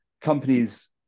companies